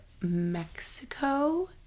mexico